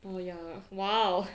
oh ya !wow!